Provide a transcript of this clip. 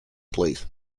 please